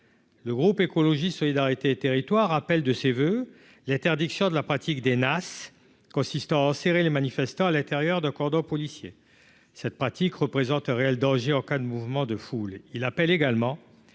Le groupe Écologie solidarité et territoires appelle de ses voeux l'interdiction de la pratique des NAS consistant serrer les manifestants à l'intérieur de cordon policier cette pratique représente un réel danger en cas de mouvement de foule, il appelle également